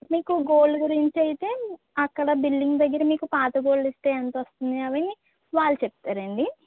మీకు గోల్డ్ గురించయితే అక్కడ బిల్లింగ్ దగ్గర మీకు పాత గోల్డ్ ఇస్తే ఎంత వస్తుంది అవి వాళ్ళు చెప్తారండి